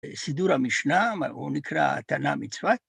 סידור המשנה, הוא נקרא תנא מצוות.